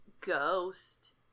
ghost